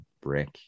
brick